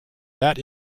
that